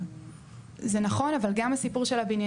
שהרשות תוכל